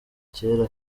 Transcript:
cyera